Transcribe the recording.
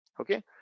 okay